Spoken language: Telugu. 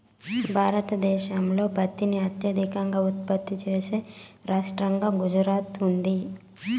భారతదేశంలో పత్తిని అత్యధికంగా ఉత్పత్తి చేసే రాష్టంగా గుజరాత్ ఉంది